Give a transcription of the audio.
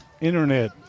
internet